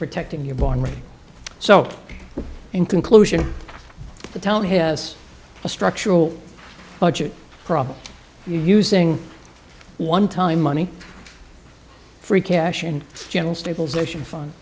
protecting your born rate so in conclusion the town has a structural budget problem using one time money free cash in general stabilization fun